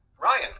Ryan